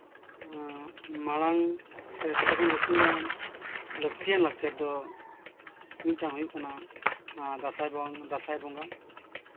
ᱢᱟᱬᱟᱝ ᱥᱮ ᱡᱚᱛᱚ ᱠᱷᱚᱱ ᱞᱟᱹᱴᱩᱣᱟᱱ ᱞᱟᱹᱠᱛᱤᱭᱟᱱ ᱞᱟᱠᱪᱟᱨ ᱫᱚ ᱢᱤᱫᱴᱟᱝ ᱦᱩᱭᱩᱜ ᱠᱟᱱᱟ ᱫᱟᱸᱥᱟᱭ ᱵᱟᱝ ᱫᱟᱸᱥᱟᱭ ᱵᱚᱸᱜᱟ